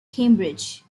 cambridge